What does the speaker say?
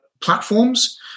platforms